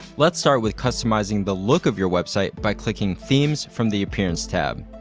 let's start with customizing the look of your website by clicking themes from the appearance tab.